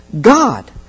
God